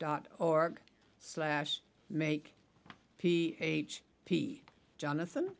dot org slash make p h p jonathan